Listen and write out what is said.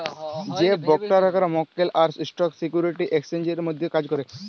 যে ব্রকাররা মক্কেল আর স্টক সিকিউরিটি এক্সচেঞ্জের মধ্যে কাজ ক্যরে